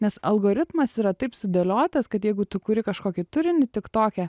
nes algoritmas yra taip sudėliotas kad jeigu tu kuri kažkokį turinį tik toke